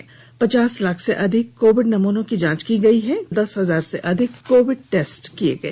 अबतक पचास लाख से अधिक कोविड नमूनों की जांच की गई है कल दस हजार से अधिक कोविड टेस्ट हुए